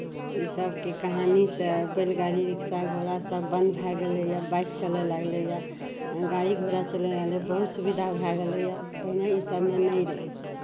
ईसभके कहानीसँ बैल गाड़ी रिक्शा घोड़ासभ बन्द भए गेलैए बाइक चलय लगलैए गाड़ी घोड़ा चलय लगलै बहुत सुविधा भए गेलैए पहिने ईसभमे नहि रहय